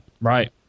Right